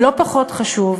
ולא פחות חשוב,